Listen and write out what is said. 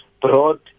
broad